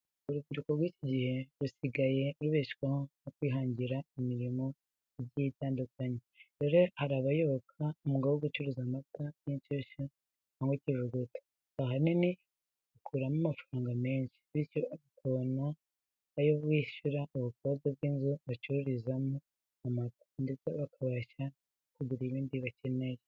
Urubyiruko rw'iki gihe rusigaye rubeshejweho no kwihangira imirimo igiye itandukanye. Rero hari abayoboka umwuga wo gucuruza amata y'inshyushyu cyangwa ikivuguto. Ahanini bakuramo amafaranga menshi, bityo bakabona ayo kwishyura ubukode bw'inzu bacururizamo amata, ndetse bakabasha no kugura ibindi bakeneye.